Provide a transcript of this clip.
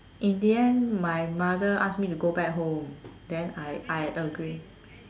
in the end my mother ask me to go back home then I I agree